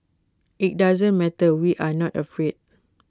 IT doesn't matter we are not afraid